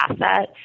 asset